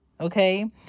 okay